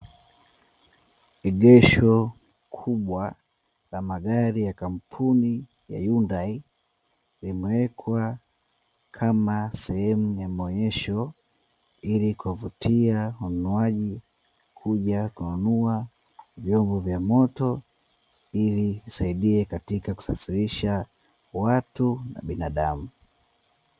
Egesho kubwa la magari ya kampuni ya "YUNDAI", limewekwa kama sehemu ya maonyesho ili kuwavutia wanunuaji kuja kununua vyombo vya moto ili kusafirisha watu na binadamu.